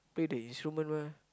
play the instrument mah